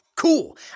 Cool